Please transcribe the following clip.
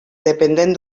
dependent